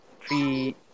three